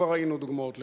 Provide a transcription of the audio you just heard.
כבר ראינו דוגמאות לכך.